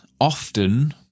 often